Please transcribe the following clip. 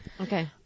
Okay